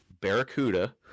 Barracuda